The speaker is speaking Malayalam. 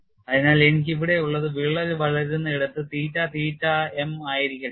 അതിനാൽ എനിക്ക് ഇവിടെയുള്ളത് വിള്ളൽ വളരുന്ന ഇടത്ത് തീറ്റ തീറ്റ m ആയിരിക്കട്ടെ